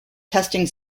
testing